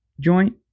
joint